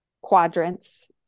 quadrants